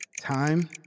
Time